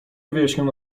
wyjaśniono